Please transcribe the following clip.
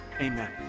Amen